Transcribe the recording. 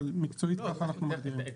אבל מקצועית ככה אנחנו מגדירים.